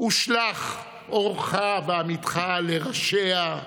ושלח אורך ואמיתך לראשיה,